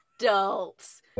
Adults